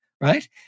right